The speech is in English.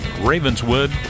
Ravenswood